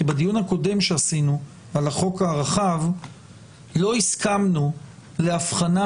כי בדיון הקודם שעשינו על החוק הרחב לא הסכמנו להבחנה